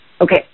Okay